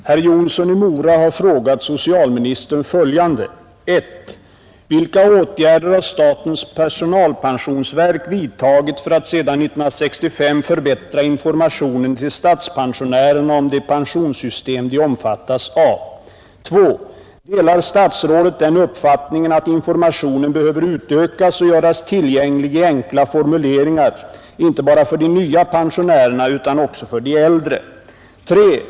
Herr talman! Herr Jonsson i Mora har frågat socialministern följande. 2. Delar statsrådet den uppfattningen, att informationen behöver utökas och göras tillgänglig i enkla formuleringar inte bara för de nya pensionärerna utan också för de äldre? 3.